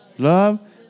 Love